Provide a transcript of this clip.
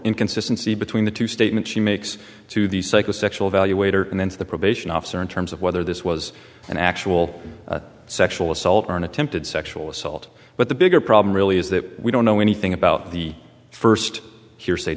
inconsistency between the two statements she makes to the psychosexual evaluator and then to the probation officer in terms of whether this was an actual sexual assault or an attempted sexual assault but the bigger problem really is that we don't know anything about the first here